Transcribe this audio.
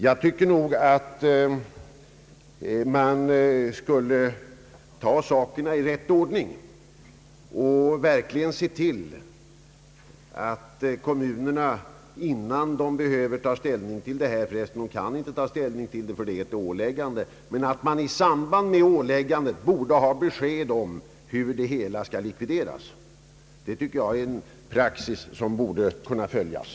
Jag tycker att man skulle ta sakerna i rätt ordning och verkligen se till att kommunerna i samband med åläggandet också får besked om hur det hela skall likvideras. Det tycker jag är en praxis som borde kunna följas.